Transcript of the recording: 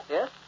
Yes